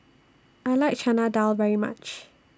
I like Chana Dal very much